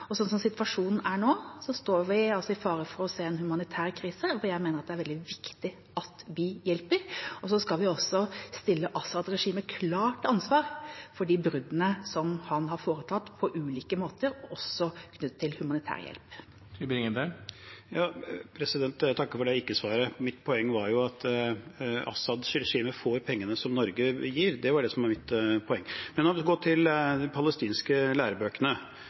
Sånn situasjonen er nå, står vi i fare for å se en humanitær krise, hvor jeg mener det er veldig viktig at vi hjelper. Vi skal også stille Assad-regimet klart til ansvar for de bruddene han har foretatt på ulike måter, også knyttet til humanitær hjelp. Jeg takker for det ikke-svaret. Mitt poeng var jo at Assad-regimet får pengene som Norge gir – det var det som var mitt poeng. Men la oss gå til de palestinske lærebøkene,